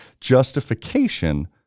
justification